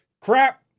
Crap